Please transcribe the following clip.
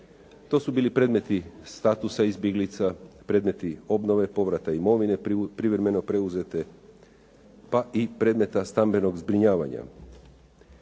To su bili predmeti statusa izbjeglica, predmeti obnove povrata imovine privremeno preuzete pa i predmeta stambenog zbrinjavanja.